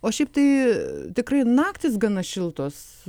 o šiaip tai tikrai naktys gana šiltos